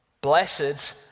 blessed